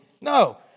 No